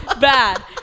bad